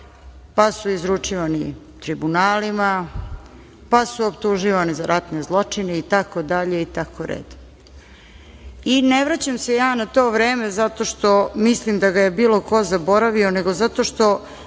pa su izručivani tribunalima, pa su optuživani za ratne zločine i tako dalje i tako redom. Ne vraćam se ja na to vreme zato što mislim da ga je bilo ko zaboravio, nego zato što